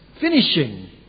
finishing